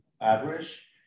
average